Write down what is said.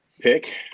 pick